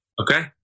Okay